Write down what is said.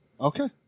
Okay